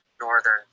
northern